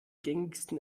gängigsten